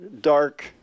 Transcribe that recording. dark